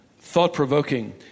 thought-provoking